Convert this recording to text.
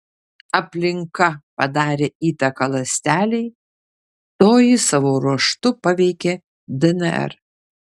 aplinka padarė įtaką ląstelei toji savo ruožtu paveikė dnr